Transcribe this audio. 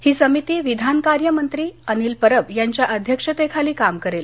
ही समिती विधानकार्य मंत्री अनिल परब यांच्या अध्यक्षतेखाली काम करेल